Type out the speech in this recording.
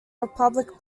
republic